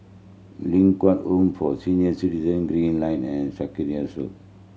Ling Kwang Home for Senior Citizen Green Lane and Sarkies Road